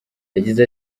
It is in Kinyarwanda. yagize